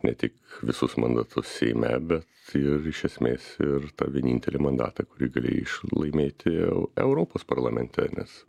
ne tik visus mandatus seime bet ir iš esmės ir tą vienintelį mandatą kurį galėjai laimėti europos parlamente nes